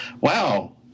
wow